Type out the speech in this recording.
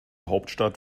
hauptstadt